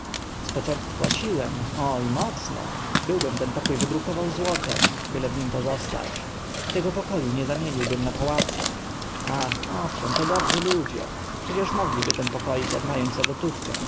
z początku płaciłem o i mocno byłbym ten pokó wybrukował złotem byle w nim pozostać tego poko u nie zamieniłbym za pałace ach owszem to dobrzy ludzie przecież mogliby ten pokoik odna ąć za gotówkę